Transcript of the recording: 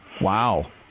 Wow